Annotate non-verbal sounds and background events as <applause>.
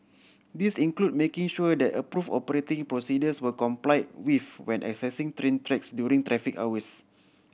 these include making sure that approved operating procedures were complied <unintelligible> when accessing train tracks during traffic hours